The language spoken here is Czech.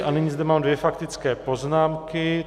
A nyní zde mám dvě faktické poznámky.